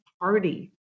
party